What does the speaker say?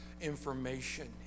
information